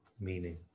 meaning